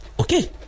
Okay